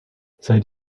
seit